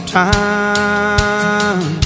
time